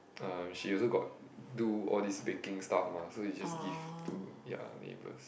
uh she also got do all this baking stuff mah so is just give to their neighbours